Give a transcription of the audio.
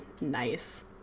nice